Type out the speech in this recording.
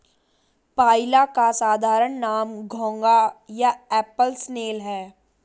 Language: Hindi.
पाइला का साधारण नाम घोंघा या एप्पल स्नेल है